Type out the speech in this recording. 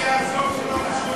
מה יהיה הסוף של הרשות?